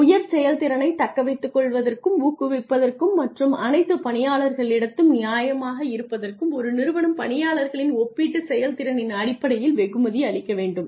உயர் செயல்திறனைத் தக்கவைத்துக்கொள்வதற்கும் ஊக்குவிப்பதற்கும் மற்றும் அனைத்து பணியாளர்களிடத்திலும் நியாயமாக இருப்பதற்கும் ஒரு நிறுவனம் பணியாளர்களின் ஒப்பீட்டுச் செயல்திறனின் அடிப்படையில் வெகுமதி அளிக்க வேண்டும்